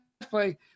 play